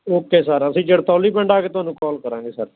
okay sir ਅਸੀਂ ਜੜਤੌਲੀ ਪਿੰਡ ਆ ਕੇ ਤੁਹਾਨੂੰ ਕਾਲ ਕਰਾਂਗੇ ਸਰ